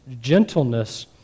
gentleness